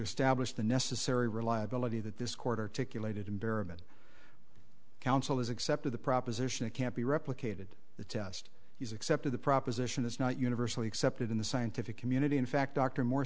establish the necessary reliability that this quarter ticky lated environment council has accepted the proposition it can't be replicated the test he's accepted the proposition is not universally accepted in the scientific community in fact dr mor